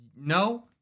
No